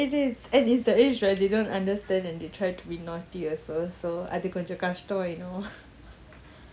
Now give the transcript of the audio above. ya it is and it's the age where they don't understand and they try to be naughty also so அதுகொஞ்சம்கஷ்டம்:adhu konjam kastam you know